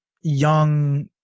young